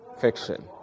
fiction